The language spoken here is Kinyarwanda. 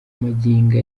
magingo